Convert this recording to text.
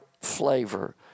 flavor